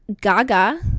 gaga